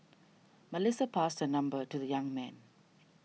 Melissa passed her number to the young man